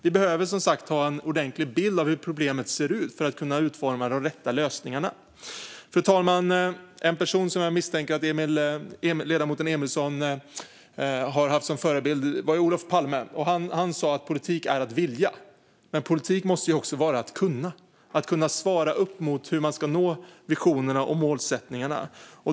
Vi behöver som sagt ha en ordentlig bild av hur problemet ser ut för att kunna utforma de rätta lösningarna. Fru talman! En person som jag misstänker att ledamoten Emilsson har haft som förebild är Olof Palme. Han sa att politik är att vilja. Men politik måste också vara att kunna - att kunna svara upp mot hur man ska nå visionerna och målsättningarna.